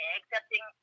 accepting